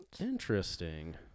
Interesting